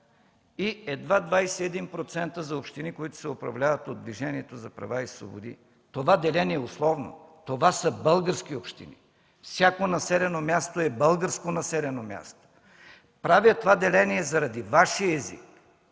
и едва 21% за общини, които се управляват от Движението за права и свободи. Това деление е условно, това са български общини. Всяко населено място е българско населено място. Правя това деление заради Вашия език,